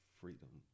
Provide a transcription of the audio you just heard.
freedom